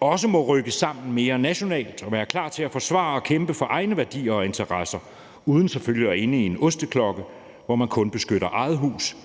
også må rykke sammen mere nationalt og være klar til at forsvare og kæmpe for egne værdier og interesser uden selvfølgelig at ende i en osteklokke, hvor man kun beskytter eget hus,